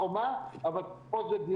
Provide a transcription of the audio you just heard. אבל זה לא